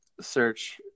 search